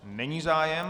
Není zájem.